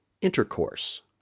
intercourse